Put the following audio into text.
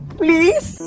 please